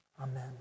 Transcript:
amen